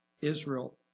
Israel